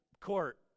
court